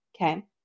Okay